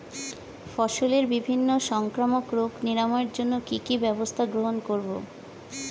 ফসলের বিভিন্ন সংক্রামক রোগ নিরাময়ের জন্য কি কি ব্যবস্থা গ্রহণ করব?